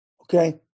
Okay